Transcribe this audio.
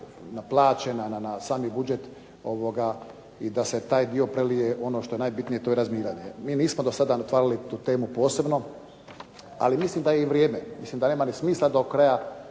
na plaće, na sami budžet i da se taj dio prelije u ono što je najbitnije, to je razminiranje. Mi nismo do sada otvarali tu temu posebno, ali mislim da je i vrijeme, mislim da nema ni smisla da do kraja